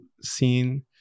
scene